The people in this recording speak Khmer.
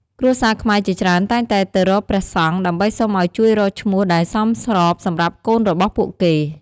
គ្រួសារខ្មែរជាច្រើនតែងតែទៅរកព្រះសង្ឃ ដើម្បីសុំឲ្យជួយរកឈ្មោះដែលសមស្របសម្រាប់កូនរបស់ពួកគេ។